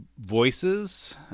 voices